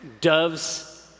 Doves